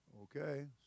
Okay